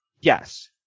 Yes